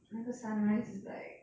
那个 sunrise is like